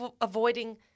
avoiding